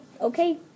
Okay